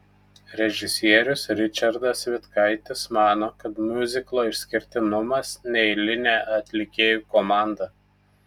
režisierius ričardas vitkaitis mano kad miuziklo išskirtinumas neeilinė atlikėjų komanda